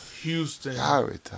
Houston